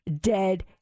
dead